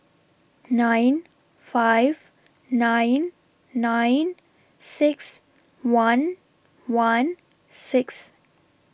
nine five nine nine six one one six